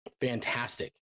Fantastic